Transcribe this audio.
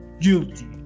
guilty